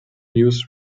news